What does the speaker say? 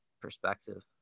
perspective